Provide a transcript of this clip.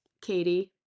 katie